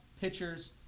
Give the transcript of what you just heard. pitchers